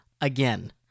Again